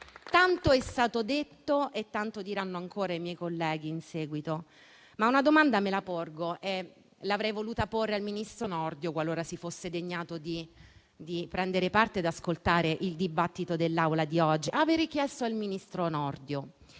tanto è stato detto e tanto diranno ancora i miei colleghi in seguito, ma una domanda me la pongo e l'avrei voluta porre al ministro Nordio, qualora si fosse degnato di prendere parte ed ascoltare il dibattito dell'Assemblea di oggi.